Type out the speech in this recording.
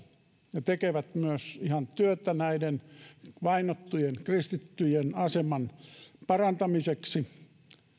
ja tekevät myös ihan työtä näiden vainottujen kristittyjen aseman parantamiseksi